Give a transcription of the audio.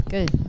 Good